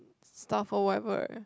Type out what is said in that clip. stuff or whatever right